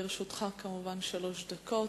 לרשותך, כמובן, שלוש דקות.